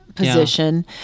position